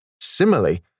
similarly